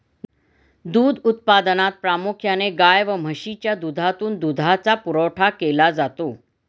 दूध उत्पादनात प्रामुख्याने गाय व म्हशीच्या दुधातून दुधाचा पुरवठा केला जातो